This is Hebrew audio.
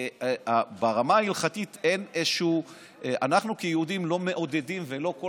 ברמה ההלכתית אנחנו כיהודים לא מעודדים ולא כל